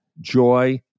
joy